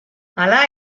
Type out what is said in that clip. hala